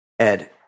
Ed